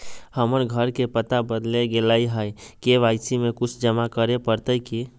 हमर घर के पता बदल गेलई हई, के.वाई.सी में कुछ जमा करे पड़तई की?